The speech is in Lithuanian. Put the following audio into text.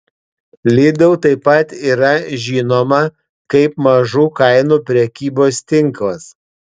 lidl taip pat yra žinoma kaip mažų kainų prekybos tinklas